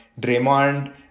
Draymond